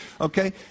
Okay